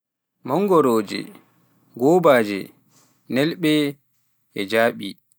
mangoroje, gobaaje, nelɓe jaaɓe